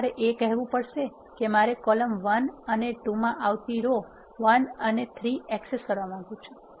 તેથી મારે એ કહેવું પડશે કે મારે કોલમ 1 અને 2 માં આવતી રો 1 અને 3 એક્સેસ કરવા માંગુ છું